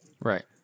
Right